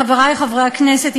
חברי חברי הכנסת,